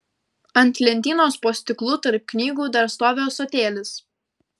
ant lentynos po stiklu tarp knygų dar stovi ąsotėlis